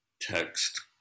text